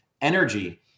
energy